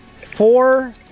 four